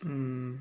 mm